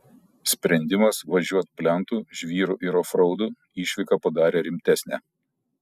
sprendimas važiuot plentu žvyru ir ofraudu išvyką padarė rimtesnę